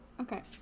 Okay